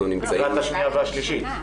לקראת הקריאה השנייה והשלישית.